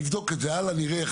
נבדוק את זה הלאה ונראה.